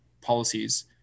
policies